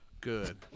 Good